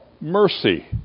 mercy